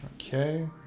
Okay